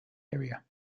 area